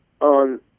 on